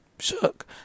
shook